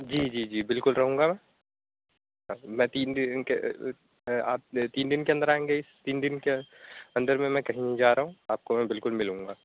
جی جی جی بالکل رہوں گا میں تین دن کے آپ تین کے اندر آئیں گے تین دن کے اندر میں میں کہیں نہیں جا رہا ہوں آپ کو میں بالکل ملوں گا